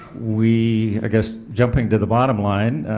we i guess jumping to the bottom line,